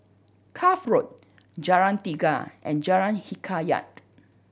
Cuff Road Jalan Tiga and Jalan Hikayat